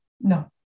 No